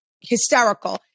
hysterical